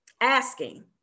asking